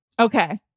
Okay